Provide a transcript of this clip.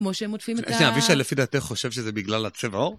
כמו שהם עוטפים את ה... שניה, אבישי לפי דעתך חושב שזה בגלל הצבע עור?